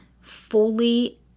fully